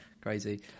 Crazy